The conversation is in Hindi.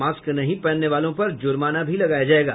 मास्क नहीं पहनने वालों पर जुर्माना भी लगाया जायेगा